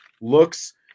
looks